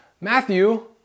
Matthew